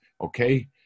okay